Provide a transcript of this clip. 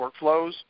workflows